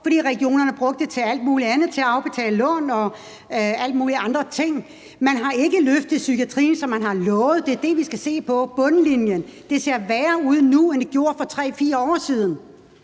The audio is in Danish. fordi regionerne brugte det til alt muligt andet – til at afbetale lån og alle mulige andre ting. Man har ikke løftet psykiatrien, som man har lovet. Det er det, vi skal se på, altså bundlinjen. Det ser værre ud nu, end det gjorde for 3-4 år siden.